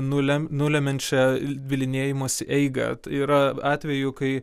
nulem nulemiančia bylinėjimosi eigą yra atvejų kai